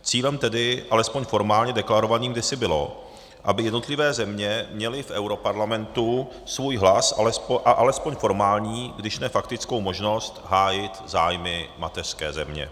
Cílem, tedy alespoň formálně deklarovaným, kdysi bylo, aby jednotlivé země měly v europarlamentu svůj hlas a alespoň formální, když ne faktickou možnost hájit zájmy mateřské země.